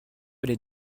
les